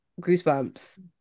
Goosebumps